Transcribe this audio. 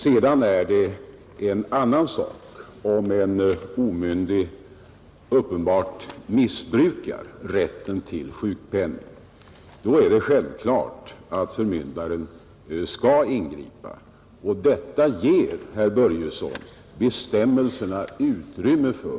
Sedan är det en annan sak om en omyndig uppenbart missbrukar rätten till sjukpenning. Då är det självklart att förmyndaren skall ingripa, och detta ger, herr Börjesson, bestämmelserna utrymme för.